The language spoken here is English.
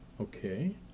Okay